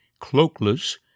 Cloakless